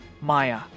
Maya